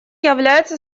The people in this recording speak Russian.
является